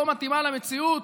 לא מתאימה למציאות,